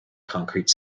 concrete